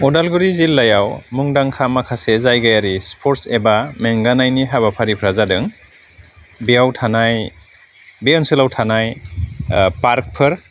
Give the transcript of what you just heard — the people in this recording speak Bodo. अदालगुरि जिल्लायाव मुंदांखा माखासे जायगायारि स्पर्ट्स एबा मेगानायनि हाबाफारिफ्रा जादों बेयाव थानाय बे ओनसोलाव थानाय पार्कफोर